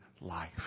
life